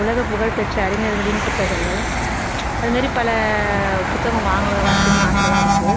உலக புகழ் பெற்ற அறிஞர்களின் புத்தகங்கள் அது மேரி பல புத்தகம் வாங்கணும் வைக்கணுன்னு ஆசைல்லாம் இருக்கு